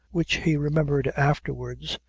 which he remembered afterwards,